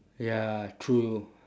ya true